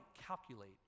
calculate